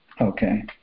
Okay